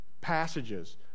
passages